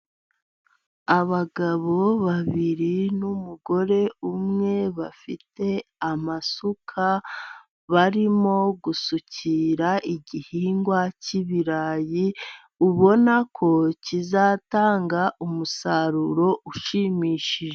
Abagabo babiri numugore umwe, bafite amasuka barimo gusukira igihingwa cy'ibirayi, ubona ko kizatanga umusaruro ushimishije.